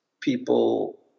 people